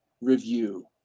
review